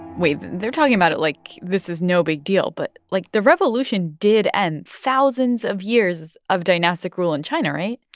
wait. they're talking about it like this is no big deal. but, like, the revolution did end thousands of years of dynastic rule in china, right?